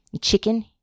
Chicken